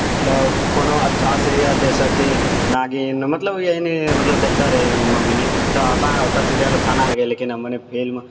मतलब कोनो अच्छा सीरियल जैसे कि नागिन मतलब यहि नी मतलब देखिते रहि मम्मी नी तऽ हमरा ओते सीरियल अच्छा नहि लगैय लेकिन हमरे फिल्म